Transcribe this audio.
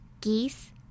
geese